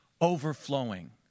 overflowing